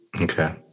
Okay